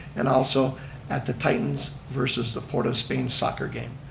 and also at the titans versus the port of spain soccer game.